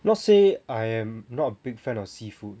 not say I am not a big fan of seafood